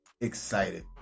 excited